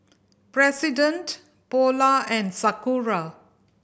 President Polar and Sakura